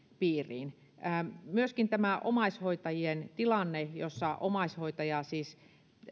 piiriin on tärkeää myöskin huomioida tämä omaishoitajien tilanne jossa omaishoitaja siis